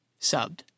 Subbed